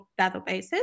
databases